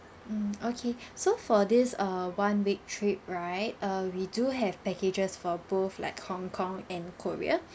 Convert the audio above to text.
mm okay so for this err one week trip right err we do have packages for both like hong kong and korea